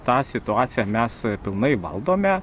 tą situaciją mes pilnai valdome